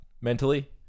mentally